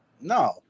No